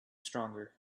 stronger